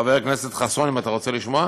חבר הכנסת חסון, האם אתה רוצה לשמוע?